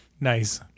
Nice